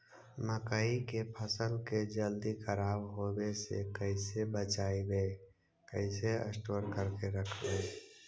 मकइ के फ़सल के जल्दी खराब होबे से कैसे बचइबै कैसे स्टोर करके रखबै?